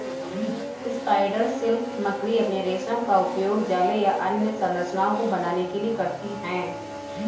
spider silk मकड़ी अपने रेशम का उपयोग जाले या अन्य संरचनाओं को बनाने के लिए करती हैं